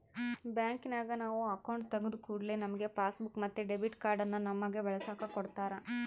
ಬ್ಯಾಂಕಿನಗ ನಾವು ಅಕೌಂಟು ತೆಗಿದ ಕೂಡ್ಲೆ ನಮ್ಗೆ ಪಾಸ್ಬುಕ್ ಮತ್ತೆ ಡೆಬಿಟ್ ಕಾರ್ಡನ್ನ ನಮ್ಮಗೆ ಬಳಸಕ ಕೊಡತ್ತಾರ